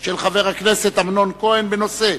של חבר הכנסת אמנון כהן בנושא: